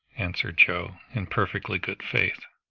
answered joe in perfectly good faith.